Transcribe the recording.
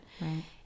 Right